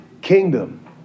kingdom